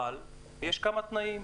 אבל יש כמה תנאים.